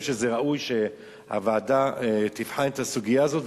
שראוי שהוועדה תבחן את הסוגיה הזאת,